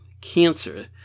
Cancer